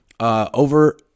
Over